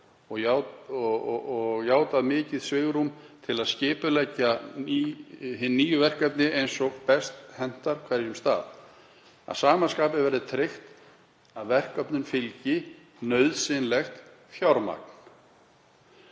og játað mikið svigrúm til að skipuleggja hin nýju verkefni eins og best hentar á hverjum stað. Að sama skapi verði tryggt að verkefnunum fylgi nauðsynlegt fjármagn.